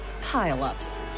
pile-ups